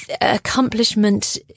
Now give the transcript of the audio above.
accomplishment